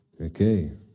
Okay